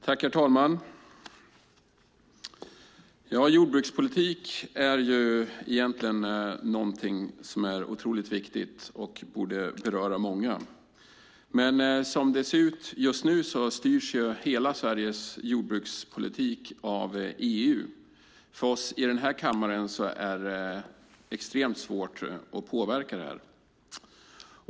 Herr talman! Jordbrukspolitik är egentligen någonting som är otroligt viktigt och borde beröra många. Men som det ser ut just nu styrs hela Sveriges jordbrukspolitik av EU. För oss i denna kammare är det extremt svårt att påverka.